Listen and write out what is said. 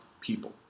people